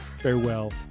Farewell